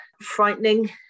frightening